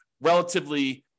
relatively